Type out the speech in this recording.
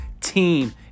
team